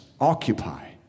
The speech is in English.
occupy